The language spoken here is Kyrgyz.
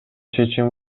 чечим